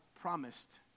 promised